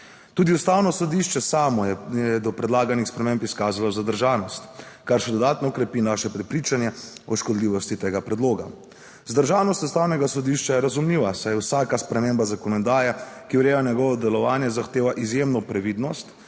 Tudi Ustavno sodišče samo je do predlaganih sprememb izkazalo zadržanost, kar še dodatno okrepi naše prepričanje o škodljivosti tega predloga. Zadržanost Ustavnega sodišča je razumljiva, saj vsaka sprememba zakonodaje, ki ureja njegovo delovanje, zahteva izjemno previdnost